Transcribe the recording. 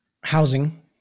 Housing